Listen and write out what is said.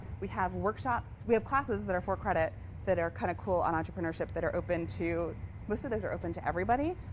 we have workshops. we have classes that re for credit that are kind of cool on entrepreneurship that are open to most of those are open to everybody.